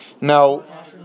Now